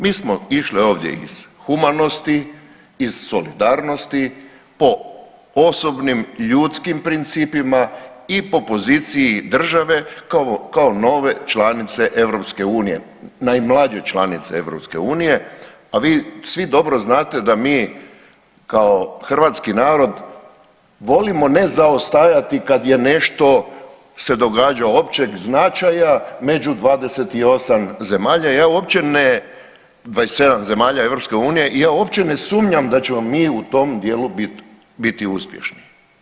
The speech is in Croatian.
Mi smo išli ovdje iz humanosti, iz solidarnosti po osobnim ljudskim principima i po poziciji države kao nove članice EU, najmlađe članice EU, a vi svi dobro znate da mi kao hrvatski narod volimo ne zaostajati kad je nešto se događa općeg značaja među 28 zemalja, 27 zemalja EU i ja uopće ne sumnjam da ćemo mi u tom dijelu biti uspješni.